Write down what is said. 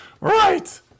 Right